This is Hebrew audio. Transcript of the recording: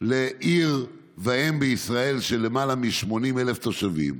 לעיר ואם בישראל עם למעלה מ-80,000 תושבים,